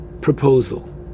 proposal